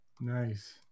nice